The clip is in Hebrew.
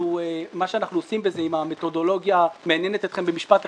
מה שאנחנו עושים בזה אם המתודולוגיה מעניינת אתכם במשפט אחד,